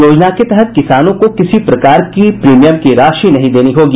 योजना के तहत किसानों को किसी प्रकार की प्रीमियम की राशि नहीं देनी होगी